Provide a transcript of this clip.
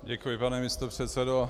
Děkuji, pane místopředsedo.